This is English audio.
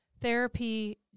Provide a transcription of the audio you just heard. Therapy